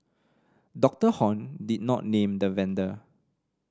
Doctor Hon did not name the vendor